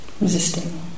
resisting